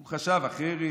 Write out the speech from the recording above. הוא חשב אחרת,